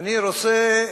אני רוצה,